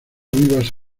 vivas